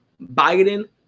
Biden